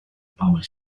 power